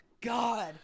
God